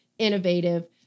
innovative